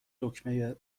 دکمه